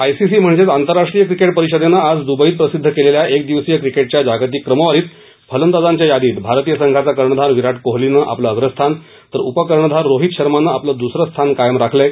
I C C म्हणजेच आंतरराष्ट्रीय cricket परिषदेनं आज दुबईत प्रसिद्ध केलेल्या एक दिवसीय क्रिकेटच्या जागतिक क्रमवारीत फलंदाजांच्या यादीत भारतीय संघाचा कर्णधार विराट कोहलीनं आपलं अग्रस्थान तर उपकर्णधार रोहित शर्मानं आपलं दुसरं स्थान कायम राखलं आहे